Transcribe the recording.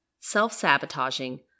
self-sabotaging